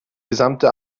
gesamte